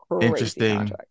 Interesting